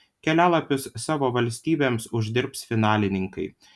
kelialapius savo valstybėms uždirbs finalininkai